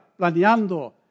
planeando